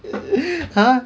!huh!